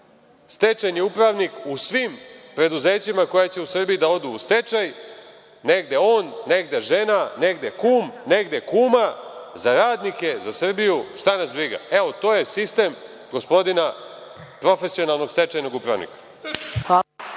stečajni upravnik u svim preduzećima koja će u Srbiji da odu u stečaj, negde on, negde žena, negde kum, negde kuma, za radnike, za Srbiju šta nas briga. Evo, to je sistem gospodina profesionalnog stečajnog upravnika.